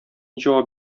җавап